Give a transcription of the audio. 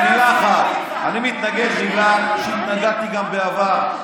במילה אחת: מתנגד בגלל שהתנגדתי גם בעבר.